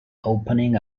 opening